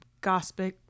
gospel